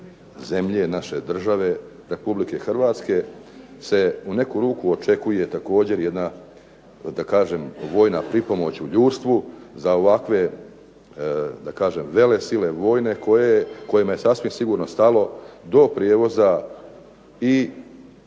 naše države, Republike Hrvatske se u neku ruku očekuje također jedna vojna pripomoć u ljudstvu za ovakve velesile vojne kojima je sasvim sigurno stalo do prijevoza i